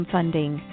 Funding